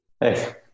Hey